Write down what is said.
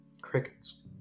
crickets